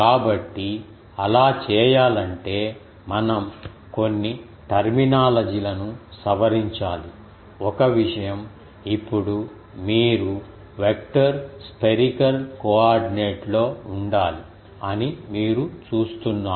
కాబట్టి అలా చేయాలంటే మనం కొన్ని టెర్మినాలజీ లను సవరించాలి ఒక విషయం ఇప్పుడు మీరు వెక్టర్ స్పెరికల్ కోఆర్డినేట్లో ఉండాలి అని మీరు చూస్తున్నారు